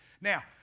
Now